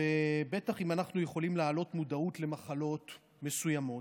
ובטח אם אנחנו יכולים להעלות מודעות למחלות מסוימות,